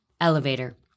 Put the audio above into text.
Elevator